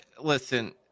listen –